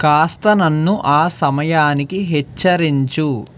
కాస్త నన్ను ఆ సమయానికి హెచ్చరించు